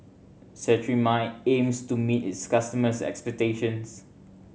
Cetrimide aims to meet its customers' expectations